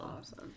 awesome